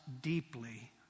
deeply